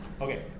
Okay